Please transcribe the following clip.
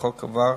והחוק עבר,